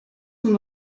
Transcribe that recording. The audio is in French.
sont